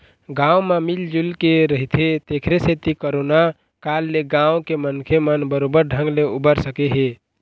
गाँव म मिल जुलके रहिथे तेखरे सेती करोना काल ले गाँव के मनखे मन बरोबर ढंग ले उबर सके हे